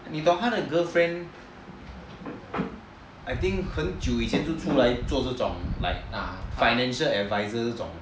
你懂他的 girlfriend I think 很久以前就出来做这种 like financial advisor